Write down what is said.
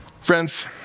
Friends